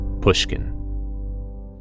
Pushkin